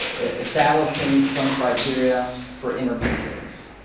ah establishing some criteria for intermediaries,